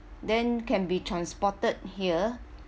then can be transported here